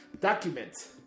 document